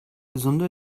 gesunde